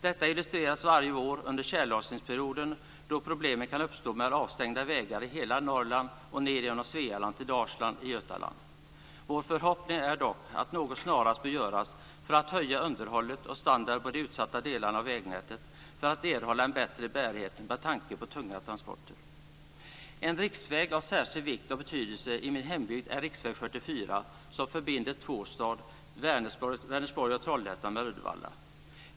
Detta illustreras varje år under tjällossningsperioden då problem med avstängda vägar kan uppstå i hela Norrland och ned genom Svealand till Dalsland i Götaland. Vår förhoppning är dock att något snarast görs för att höja underhållet och standarden på de utsatta delarna av vägnätet för att erhålla en bättre bärighet med tanke på tunga transporter. En riksväg av särskild vikt och betydelse i min hembygd är riksväg 44 som förbinder Tvåstad, Vänersborg och Trollhättan, med Uddevalla.